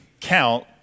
count